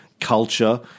culture